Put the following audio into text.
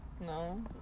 No